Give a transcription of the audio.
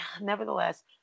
nevertheless